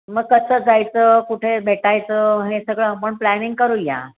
मग कसं जायचं कुठे भेटायचं हे सगळं आपण प्लॅनिंग करूया